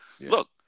look